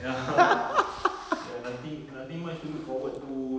ya ya nothing nothing much to look forward to